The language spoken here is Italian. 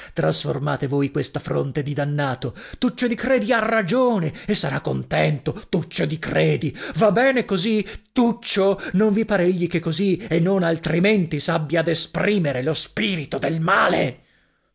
trasformate voi questa fronte di dannato tuccio di credi ha ragione e sarà contento tuccio di credi va bene così tuccio non vi par egli che così e non altrimenti s'abbia ad esprimere lo spirito del male